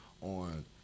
on